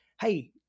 hey